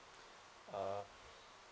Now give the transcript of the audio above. uh